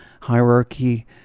hierarchy